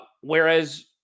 Whereas